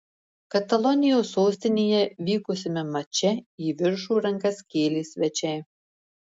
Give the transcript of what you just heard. katalonijos sostinėje vykusiame mače į viršų rankas kėlė svečiai